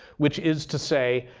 which is to say,